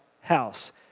house